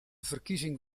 verkiezing